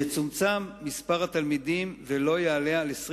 יצומצם מספר התלמידים ולא יעלה על 20